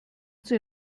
sie